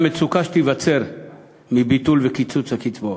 מצוקה שתיווצר מביטול וקיצוץ הקצבאות.